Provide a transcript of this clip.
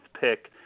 pick